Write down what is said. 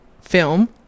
film